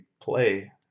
play